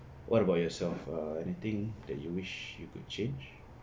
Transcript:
what about yourself err anything that you wish you could change